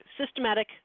systematic